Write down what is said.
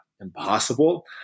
impossible